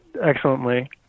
excellently